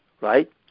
right